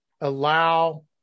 allow